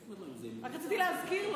רק רציתי להזכיר לו.